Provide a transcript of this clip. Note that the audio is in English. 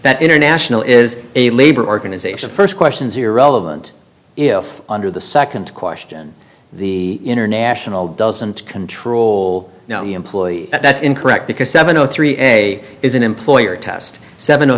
that international is a labor organization first question is irrelevant if under the second question the international doesn't control the employee that's incorrect because seven o three a is an employer test seven o